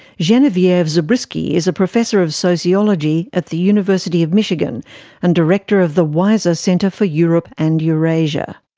genevieve zubrzycki is a professor of sociology at the university of michigan and director of the weiser center for europe and eurasia.